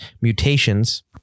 mutations